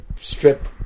Strip